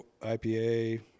IPA